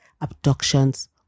abductions